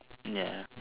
ya